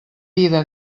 vida